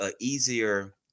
easier